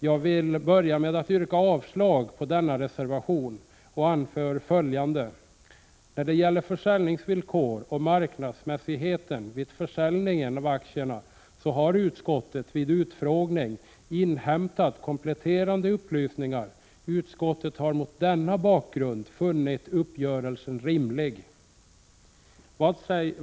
Jag vill börja med att yrka avslag på denna reservation och anför följande. När det gäller försäljningsvillkoren och marknadsmässighe 7n ten vid försäljningen av aktierna har utskottet vid utfrågning inhämtat kompletterande upplysningar. Utskottet har mot denna bakgrund funnit uppgörelsen rimlig.